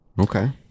Okay